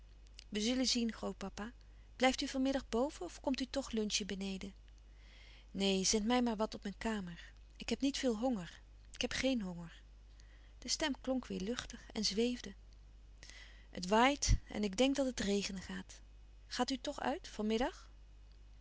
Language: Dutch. we zullen zien grootpapa blijft u van middag boven of komt u toch lunchen beneden neen zend mij maar wat op mijn kamer ik heb niet veel honger ik heb geen honger de stem klonk weêr luchtig en zweefde het waait en ik dènk dat het regenen gaat gaat u toch uit